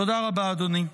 תודה רבה, אדוני.